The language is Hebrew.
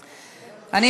העבודה,